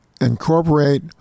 incorporate